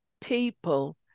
people